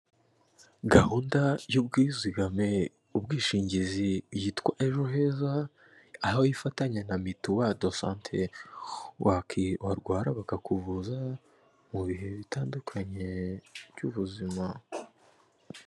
Gahunda y'ubwizigamwe ubwishingizi yitwa ejo heza aho ifatanya na Mituelle de sante warwara bakakuvuza mu bihe bitandukanye by'ubuzima.